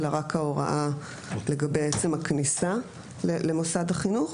אלא רק ההוראה לגבי עצם הכניסה למוסד החינוך,